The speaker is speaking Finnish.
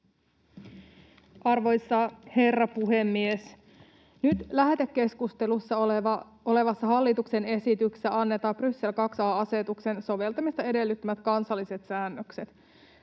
Arvoisa herra puhemies! Nyt lähetekeskustelussa olevassa hallituksen esityksessä annetaan Bryssel II a ‑asetuksen soveltamisen edellyttämät kansalliset säännökset.